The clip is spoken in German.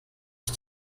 ich